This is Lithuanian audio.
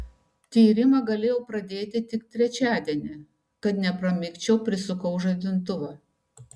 tyrimą galėjau pradėti tik trečiadienį kad nepramigčiau prisukau žadintuvą